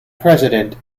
president